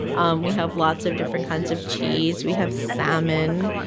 um we have lots of different kinds of cheese, we have salmon.